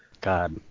God